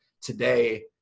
today